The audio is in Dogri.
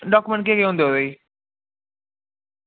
डाकुमैंट केह् केह् होंदे उ'दे